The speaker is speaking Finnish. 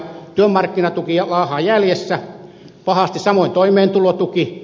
työmarkkinatuki laahaa jäljessä pahasti samoin toimeentulotuki